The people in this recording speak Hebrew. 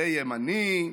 זה ימני,